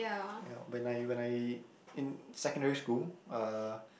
ya when I when I in secondary school uh